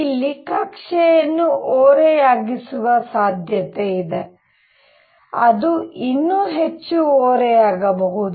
ಇಲ್ಲಿ ಕಕ್ಷೆಯನ್ನು ಓರೆಯಾಗಿಸುವ ಸಾಧ್ಯತೆಯಿದೆ ಅದು ಇನ್ನೂ ಹೆಚ್ಚು ಓರೆಯಾಗಬಹುದು